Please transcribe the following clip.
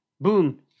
Boom